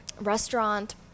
restaurant